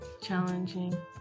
challenging